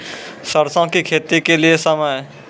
सरसों की खेती के लिए समय?